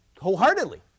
wholeheartedly